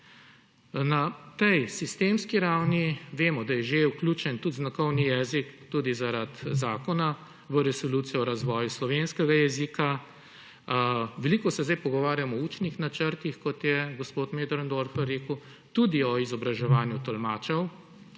Na tej sistemski ravni vemo, da je že vključen tudi znakovni jezik tudi zaradi zakona v Resolucijo o razvoju slovenskega jezika. Veliko se zdaj pogovarjamo o učnih načrtih, kot je gospod Möderndorfer rekel, tudi o izobraževanju tolmačev